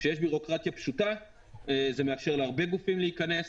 כשיש בירוקרטיה פשוטה זה מאפשר להרבה גופים להיכנס.